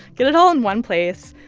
get it all in one place.